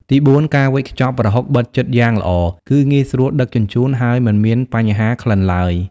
ទីបួន ការវេចខ្ចប់ប្រហុកបិទជិតយ៉ាងល្អ គឺ ងាយស្រួលដឹកជញ្ជូន ហើយមិនមានបញ្ហាក្លិនឡើយ។